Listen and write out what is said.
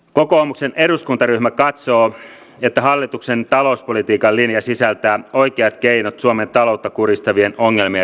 kokoomuksen eduskuntaryhmä katsoo että hallituksen talouspolitiikan linja sisältää oikeat keinot suomen taloutta kurjistavien ongelmien ratkaisemiseksi